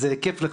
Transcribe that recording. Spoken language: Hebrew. אז כיף לך.